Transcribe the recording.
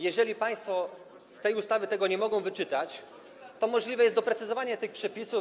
Jeżeli państwo z tej ustawy tego nie mogą wyczytać, to możliwe jest doprecyzowanie tych przepisów.